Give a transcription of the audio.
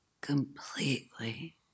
completely